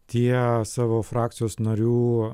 tie savo frakcijos narių